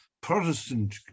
Protestant